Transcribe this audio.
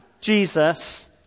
Jesus